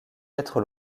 être